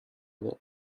other